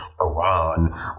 Iran